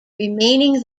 remaining